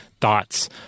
thoughts